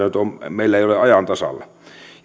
meillä ole ajan tasalla